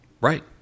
Right